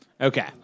Okay